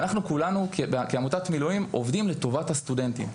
אנחנו כולנו כעמותת מילואים עובדים לטובת הסטודנטים.